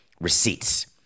receipts